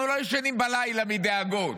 אנחנו לא ישנים בלילה מדאגות.